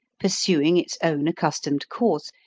pursuing its own accustomed course,